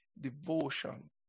devotion